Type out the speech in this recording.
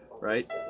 right